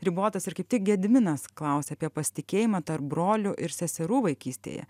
ribotas ir kaip tik gediminas klausia apie pasitikėjimą tarp brolių ir seserų vaikystėje